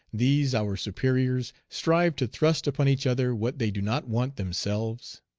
these our superiors, strive to thrust upon each other what they do not want themselves?